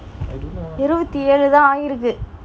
இறுதி ஏழு தான் ஆயே இருக்கு:iruvathi ezhu thaan aaye iruku